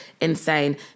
insane